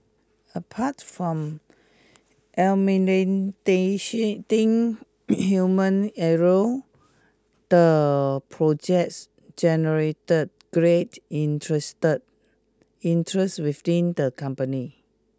apart from human error the projects generated great interested interest within the company